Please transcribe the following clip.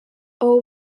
abo